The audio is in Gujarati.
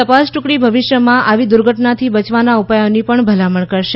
તપાસ ટૂકડી ભવિષ્યમાં આવી દુર્ઘટનાથી બયવાના ઉપાયોની પણ ભલામણ કરશે